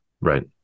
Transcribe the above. Right